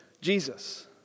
Jesus